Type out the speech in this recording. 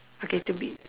okay to be